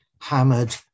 hammered